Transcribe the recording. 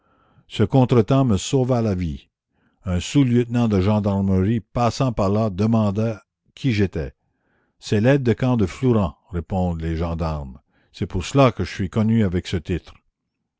ce contre-temps me sauva la vie un sous-lieutenant de gendarmerie passant par là demanda qui j'étais c'est laide de camp de flourens répondent les gendarmes c'est pour cela que je suis connu avec ce titre